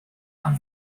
pan